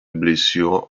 blessure